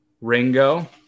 Ringo